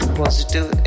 positive